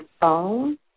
phone